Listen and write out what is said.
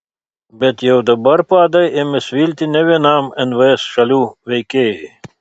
bet jau dabar padai ėmė svilti ne vienam nvs šalių veikėjui